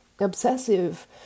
obsessive